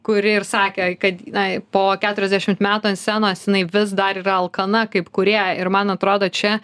kuri ir sakė kad na po keturiasdešimt metų ant scenos jinai vis dar yra alkana kaip kūrėja ir man atrodo čia